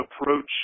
approach